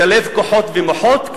לשלב כוחות ומוחות,